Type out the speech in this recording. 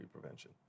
prevention